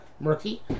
Murky